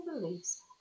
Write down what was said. beliefs